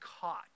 caught